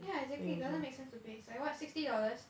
yeah exactly it doesn't make sense to pay like what sixty dollars